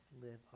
live